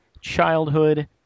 childhood